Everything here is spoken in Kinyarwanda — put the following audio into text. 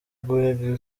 guhinga